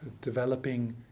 developing